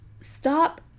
stop